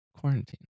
quarantine